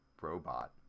robot